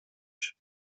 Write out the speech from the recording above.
się